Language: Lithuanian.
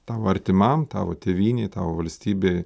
tavo artimam tavo tėvynei tavo valstybei